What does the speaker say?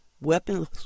weapons